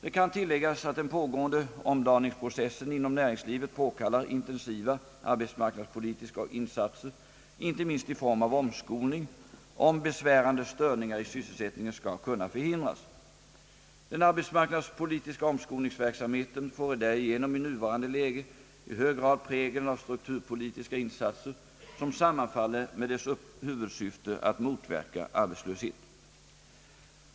Det kan tilläggas att den pågående omdaningsprocessen inom näringslivet påkallar intensiva arbetsmarknadspolitiska insatser, inte minst i form av omskolning, om besvärande störningar i sysselsättningen skall kunna förhindras. Den arbetsmarknadspolitiska omskolningsverksamheten får därigenom i nuvarande läge i hög grad prägeln av strukturpolitiska insatser som sammanfaller med dess huvudsyfte att motverka arbetslöshet.